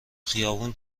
خیابون